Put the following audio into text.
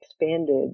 expanded